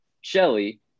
shelly